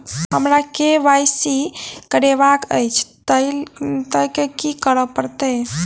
हमरा केँ Y C करेवाक अछि तऽ की करऽ पड़तै?